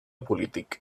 polític